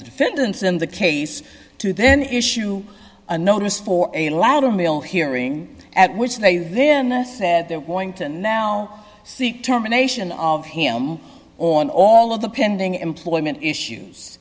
defendants in the case to then issue a notice for a lot of mail hearing at which they then said they're going to now seek terminations of him on all of the pending employment issues